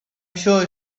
sure